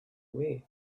way